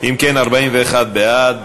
אם כן, 41 בעד,